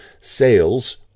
sales